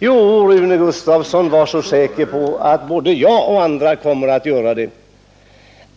Jo, Rune Gustavsson, var så säker på att bde jag och andra kommer att göra det.